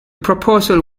proposal